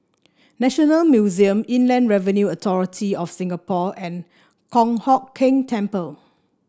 National Museum Inland Revenue Authority of Singapore and Kong Hock Keng Temple